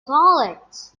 solids